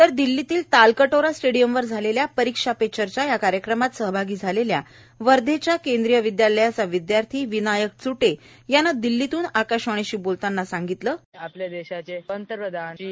तर दिल्लीतील तालकटोरा स्टेडियमवर झालेल्या परीक्षा पे चर्चा या कार्यक्रमात सहभागी झालेल्या वर्धेच्या केंद्रिय विद्यालयाचा विद्यार्थी विनायक च्टे यानं दिल्लीतून आकाशवाणीशी बोलताना सांगितलं की साऊंड बाईट आपल्या देशाचे पंतप्रधान श्री